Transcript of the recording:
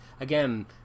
again